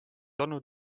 olnud